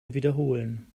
wiederholen